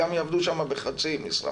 גם יעבדו שם בחצי משרה